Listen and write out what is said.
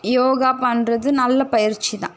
யோகா பண்ணுறது நல்ல பயிற்சி தான்